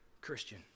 Christian